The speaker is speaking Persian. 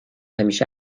همیشه